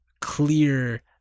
clear